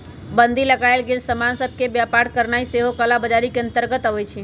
बन्दी लगाएल गेल समान सभ के व्यापार करनाइ सेहो कला बजारी के अंतर्गत आबइ छै